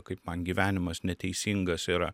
kaip man gyvenimas neteisingas yra